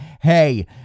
hey